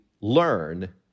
learn